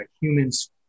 humans